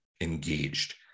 engaged